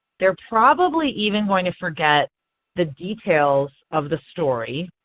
they are probably even going to forget the details of the story,